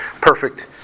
perfect